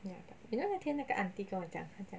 ya but you know 那天那个 auntie 跟我讲她讲